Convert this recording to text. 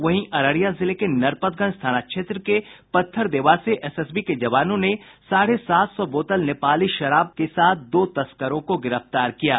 वहीं अररिया जिले के नरपतगंज थाना क्षेत्र के पत्थरदेवा से एसएसबी के जवानों ने साढ़े सात सौ बोतल नेपाली शराब के साथ दो तस्करों को गिरफ्तार किया है